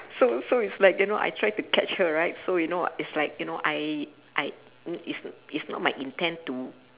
so so is like you know I try to catch her right so you know is like you know I I it's it's not my intent to